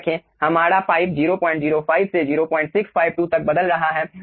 याद रखें हमारा पाइप 05 से 0652 तक बदल रहा है